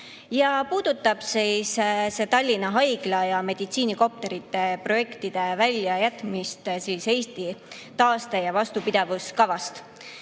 puudutab Tallinna Haigla ja meditsiinikopterite projektide väljajätmist Eesti taaste‑ ja vastupidavuskavast.